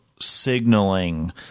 signaling